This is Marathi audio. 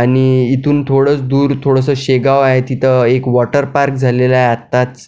आणि इथून थोडंच दूर थोडंसं शेगाव आहे तिथं एक वॉटरपार्क झालेलं आहे आत्ताच